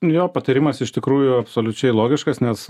jo patarimas iš tikrųjų absoliučiai logiškas nes